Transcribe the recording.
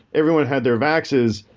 everyone had their vexes,